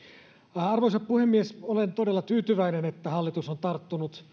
arvoisa puhemies olen todella tyytyväinen että hallitus on tarttunut